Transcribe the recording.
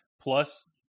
plus